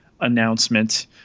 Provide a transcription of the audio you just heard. announcement